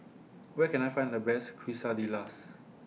Where Can I Find The Best Quesadillas